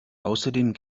außerdem